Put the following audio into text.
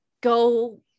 go